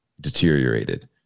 deteriorated